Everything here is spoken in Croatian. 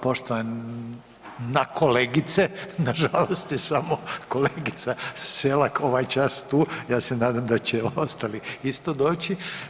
poštovana kolegice, nažalost je samo kolegica Selak ovaj čas tu, ja se nadam da će ostali isto doći.